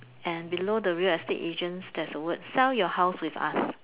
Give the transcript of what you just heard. and below the real estate agents there's a word sell your house with us